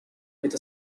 with